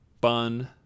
Bun